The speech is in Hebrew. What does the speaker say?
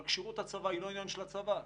כשירות הצבא היא לא עניין של הצבא,